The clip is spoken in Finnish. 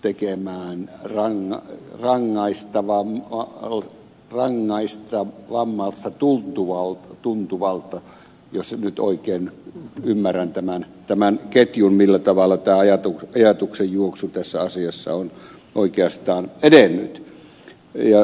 tekijänoin rong rangaistavaa pyritään ikään kuin tekemään rankaisevammalta tuntuva jos nyt oikein ymmärrän tämän ketjun millä tavalla tämä ajatuksenjuoksu tässä asiassa on oikeastaan edennyt